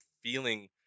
feeling